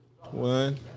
one